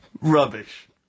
Rubbish